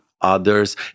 others